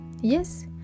yes